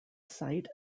site